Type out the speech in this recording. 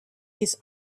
his